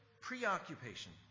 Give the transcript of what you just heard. preoccupation